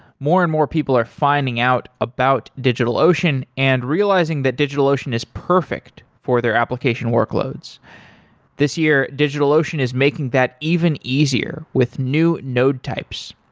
more and more people are finding out about digitalocean and realizing that digitalocean is perfect for their application workloads this year, digitalocean is making that even easier with new node types.